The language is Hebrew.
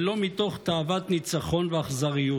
ולא מתוך תאוות ניצחון ואכזריות.